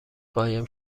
قایم